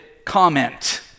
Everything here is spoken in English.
comment